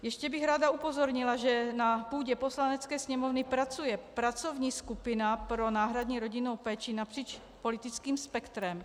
Ještě bych rád upozornila, že na půdě Poslanecké sněmovny pracuje pracovní skupina pro náhradní rodinnou péči napříč politickým spektrem.